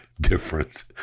difference